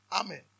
Amen